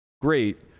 great